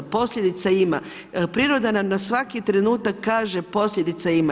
Posljedica ima, priroda nam na svaki trenutak kaže posljedica ima.